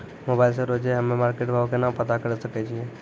Mobile से रोजे हम्मे मार्केट भाव केना पता करे सकय छियै?